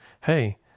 Hey